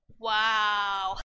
wow